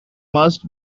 must